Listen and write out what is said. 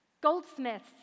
goldsmiths